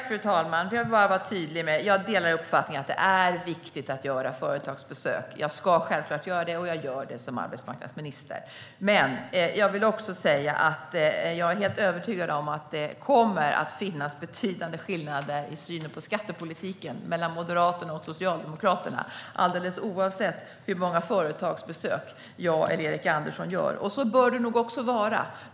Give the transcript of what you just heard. Fru talman! Jag vill bara vara tydlig med att jag delar uppfattningen att det är viktigt att göra företagsbesök. Jag ska självklart göra det - och jag gör det - som arbetsmarknadsminister. Men jag vill också säga att jag är helt övertygad om att det kommer att finnas betydande skillnader i synen på skattepolitiken mellan Moderaterna och Socialdemokraterna alldeles oavsett hur många företagsbesök jag eller Erik Andersson gör. Så bör det nog också vara.